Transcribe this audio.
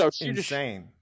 insane